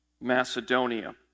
Macedonia